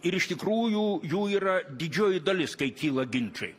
ir iš tikrųjų jų yra didžioji dalis kai kyla ginčai